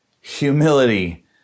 humility